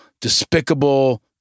despicable